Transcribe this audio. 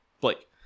Blake